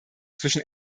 zwischen